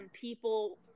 people